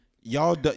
Y'all